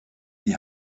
die